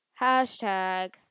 Hashtag